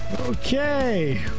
Okay